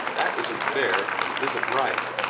that isn't fair, and it isn't right.